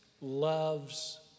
loves